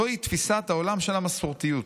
"זוהי תפיסת העולם של המסורתיות,